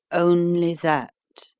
only that,